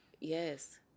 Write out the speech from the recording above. Yes